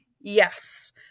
Yes